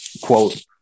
quote